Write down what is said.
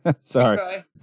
Sorry